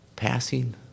Passing